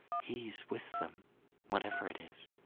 he's with them whatever it is.